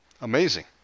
Amazing